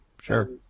sure